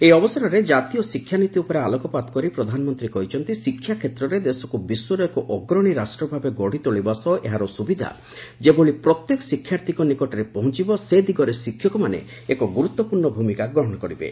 ଏହି ଅବସରରେ ଜାତୀୟ ଶିକ୍ଷାନୀତି ଉପରେ ଆଲୋକପାତ କରି ପ୍ରଧାନମନ୍ତ୍ରୀ କହିଛନ୍ତି ଶିକ୍ଷା କ୍ଷେତ୍ରରେ ଦେଶକୁ ବିଶ୍ୱର ଏକ ଅଗ୍ରଣୀ ରାଷ୍ଟ୍ର ଭାବେ ଗଢ଼ିତୋଳିବା ସହ ଏହାର ସୁବିଧା ଯେଭଳି ପ୍ରତ୍ୟେକ ଶିକ୍ଷାର୍ଥୀଙ୍କ ନିକଟରେ ପହଞ୍ଚିବ ସେ ଦିଗରେ ଶିକ୍ଷକମାନେ ଏକ ଗୁରୁତ୍ୱପୂର୍୍ଣ ଭୂମିକା ବହନ କରିବେ